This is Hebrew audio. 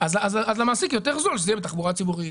אז למעסיק זול יותר שהעובד יגיע בתחבורה הציבורית,